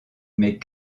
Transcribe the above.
mais